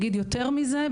יותר מזה,